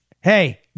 Hey